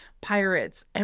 pirates